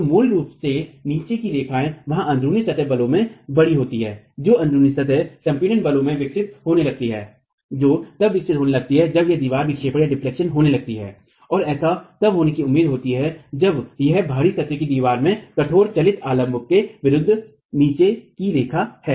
तो मूल रूप से नीचे की रेखा वहाँ अन्ध्रुनी सतह बलों में बड़ी होती है जो अन्ध्रुनी सतह संपीड़न बलों में विकसित होने लगती हैं जो तब विकसित होने लगती हैं जब यह दीवार विक्षेपित होने लगती है और ऐसा तब होने की उम्मीद होती है जब यह बाहरी सतहों की दीवार के कठोर गैर चलती आलाम्बों के विरुद्ध नीचे की रेखा है